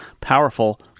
powerful